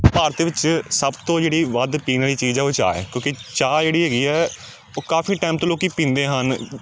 ਭਾਰਤ ਵਿੱਚ ਸਭ ਤੋਂ ਜਿਹੜੀ ਵੱਧ ਪੀਣ ਵਾਲੀ ਚੀਜ਼ ਹੈ ਉਹ ਚਾਹ ਹੈ ਕਿਉਂਕਿ ਚਾਹ ਜਿਹੜੀ ਹੈਗੀ ਹੈ ਉਹ ਕਾਫ਼ੀ ਟਾਈਮ ਤੋਂ ਲੋਕ ਪੀਂਦੇ ਹਨ